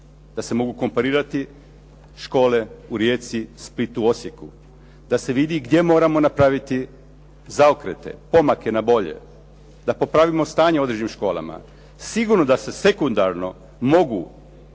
da se mogu komparirati škole u Rijeci, Splitu, Osijeku, da se vidi gdje moramo napraviti zaokrete, pomake na bolje, da popravimo stanje u određenim školama. Sigurno da se sekundarno mogu